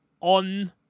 on